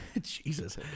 Jesus